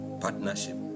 partnership